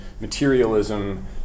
materialism